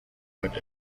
but